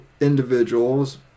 individuals